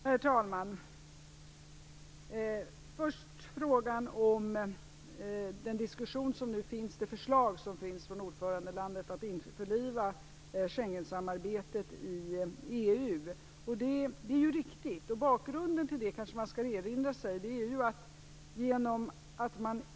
Herr talman! Först vill jag ta upp frågan om förslaget från ordförandelandet om att införliva Schengensamarbetet i EU. Det är riktigt att ett sådant förslag har framförts. Man skall kanske erinra sig bakgrunden.